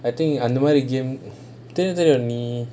I think அந்த மாரி தெரியும் தெரியும்:antha maari teriyum teriyum